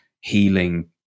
healing